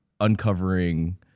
uncovering